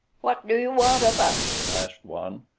what do you want of us? asked one.